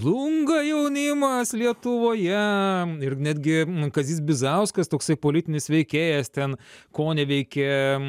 žlunga jaunimas lietuvoje ir netgi kazys bizauskas toksai politinis veikėjas ten koneveikė